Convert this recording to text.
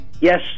Yes